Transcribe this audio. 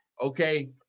Okay